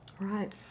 Right